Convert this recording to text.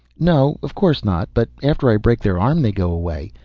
no, of course not. but after i break their arm they go away.